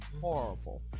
Horrible